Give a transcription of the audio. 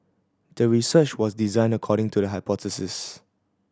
the research was designed according to the hypothesis